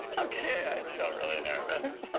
okay really nervous.